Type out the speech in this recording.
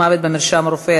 מוות במרשם רופא),